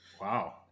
Wow